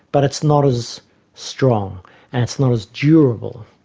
but it's not as strong and it's not as durable.